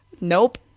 Nope